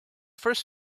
first